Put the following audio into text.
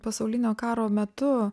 pasaulinio karo metu